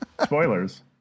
Spoilers